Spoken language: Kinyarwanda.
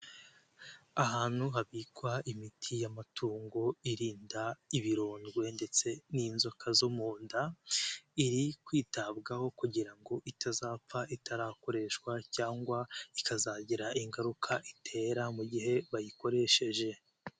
Ahantu habikwa imiti y'amatungo irinda ibirondwe ndetse n'inzoka zo mu nda, iri kwitabwaho kugira ngo itazapfa itarakoreshwa, cyangwa ikazagira ingaruka itera mu gihe bayikoresheje.